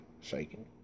shaking